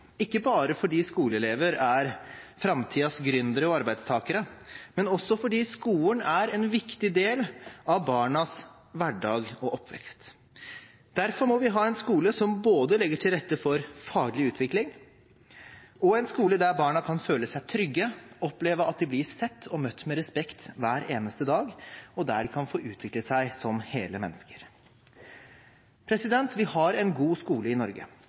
ikke bare fordi skoleelever er framtidens gründere og arbeidstakere, men også fordi skolen er en viktig del av barnas hverdag og oppvekst. Derfor må vi ha en skole som legger til rette for faglig utvikling, en skole der barna kan føle seg trygge, oppleve at de blir sett og møtt med respekt hver eneste dag, og der de kan få utvikle seg som hele mennesker. Vi har en god skole i Norge.